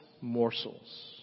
morsels